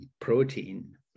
protein